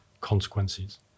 consequences